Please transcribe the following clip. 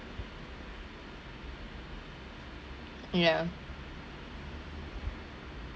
ya